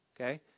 okay